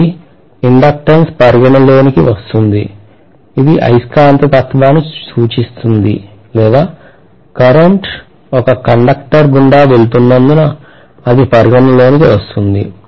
కాబట్టి ఇండక్టెన్స్ పరిగణలోనికి వస్తుంది ఇది అయస్కాంతత్వాన్ని సూచిస్తుంది లేదా current ఒక కండక్టర్ గుండా వెళుతున్నందున అది పరిగణలోనికి వస్తోంది